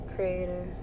Creator